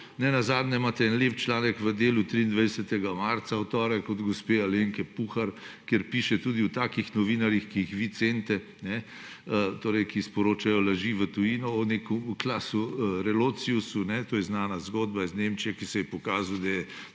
Nenazadnje imate en lep članek v Delu v torek, 23. marca, od gospe Alenke Puhar, kjer piše tudi o takih novinarjih, ki jih vi cenite, ki sporočajo laži v tujino o Claasu Relotiusu. To je znana zgodba iz Nemčije, pokazalo se je,